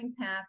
path